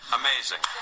amazing